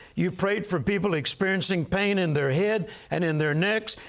you prayed for people experiencing pain in their head and in their necks.